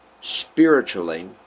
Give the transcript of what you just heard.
spiritually